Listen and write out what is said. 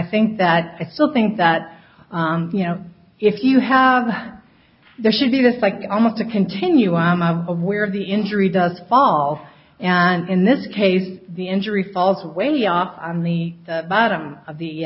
think that i still think that you know if you have there should be this like almost a continuum of where the injury does fall and in this case the injury falls way off on the bottom of the